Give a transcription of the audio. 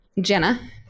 Jenna